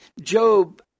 Job